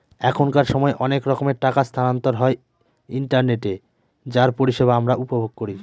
এখনকার সময় অনেক রকমের টাকা স্থানান্তর হয় ইন্টারনেটে যার পরিষেবা আমরা উপভোগ করি